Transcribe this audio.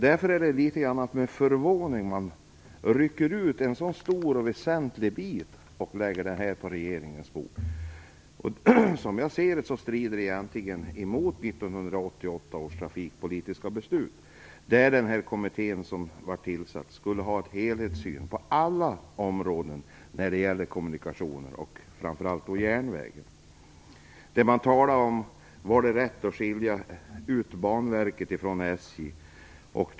Därför är det litet förvånande att man nu rycker ut en stor och väsentlig del och lägger ett förslag på riksdagens bord. Som jag ser det strider det egentligen mot 1988 års trafikpolitiska beslut. Kommittén skulle ha en helhetssyn på alla områden när det gäller kommunikationer, framför allt järnvägen. Då talade man om det var rätt att skilja ut Banverket från SJ.